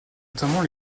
notamment